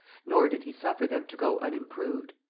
nor did he suffer them to go unimproved.